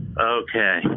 Okay